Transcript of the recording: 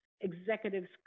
executives